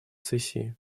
сессии